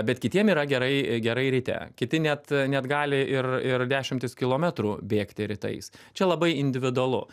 bet kitiem yra gerai gerai ryte kiti net net gali ir ir dešimtis kilometrų bėgti rytais čia labai individualu